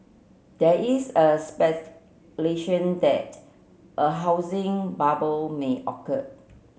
there is a speculation that a housing bubble may occur